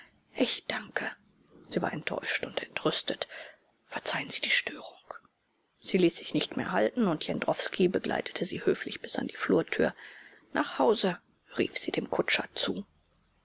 ich danke sie war enttäuscht und entrüstet verzeihen sie die störung sie ließ sich nicht mehr halten und jendrowski begleitete sie höflich bis an die flurtür nach hause rief sie dem kutscher zu